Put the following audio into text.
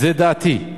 זו דעתי.